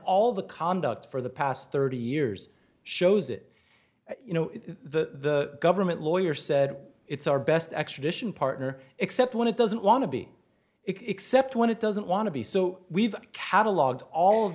all the conduct for the past thirty years shows it you know the government lawyer said it's our best extradition partner except when it doesn't want to be except when it doesn't want to be so we've catalogued all of